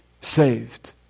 saved